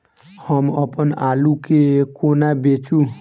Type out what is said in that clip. हम अप्पन आलु केँ कोना बेचू?